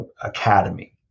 academy